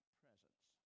presence